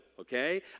okay